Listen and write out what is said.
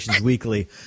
weekly